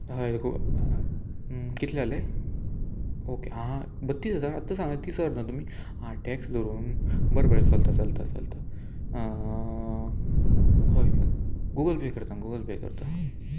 हय गो कितले जाले ओके आ बतीस हजार आत्तां सांगले ती सर ना तुमी आ टॅक्स दवरून बरें बरें चलता चलता चलता हय गुगल पे करता गुगल पे करता